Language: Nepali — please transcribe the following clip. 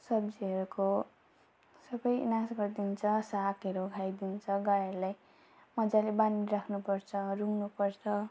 सब्जीहरूको सबै नाश गरिदिन्छ सागहरू खाइदिन्छ गाईहरूलाई मजाले बाँधेर राख्नुपर्छ रुँग्नुपर्छ